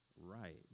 right